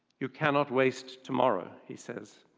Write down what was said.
you cannot waste tomorrow, he says.